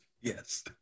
Yes